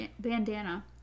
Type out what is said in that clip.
bandana